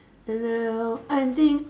and then err I think